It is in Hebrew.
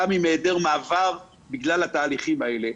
פעם בהיעדר מעבר בגלל התהליכים האלה.